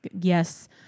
yes